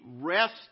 rest